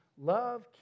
love